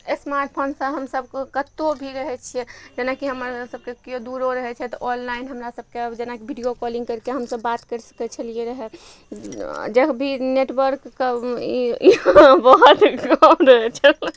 smart फोनसँ हमसब कतहु भी रहय छियै जेनाकि हमरा सबके केओ दूरो रहय छै तऽ ऑनलाइन हमरा सबके आब जेनाकि वीडियो कॉलिंग करिके हमसब बात करि सकय छलियै रहय जब भी नेटवर्कके बहुत ही कम रहय छै